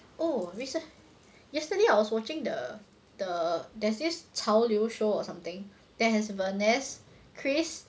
oh recent yesterday I was watching the the there's this 潮流 show or something that has vanessa chris